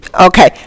Okay